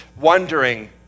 wondering